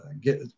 get